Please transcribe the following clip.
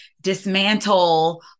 dismantle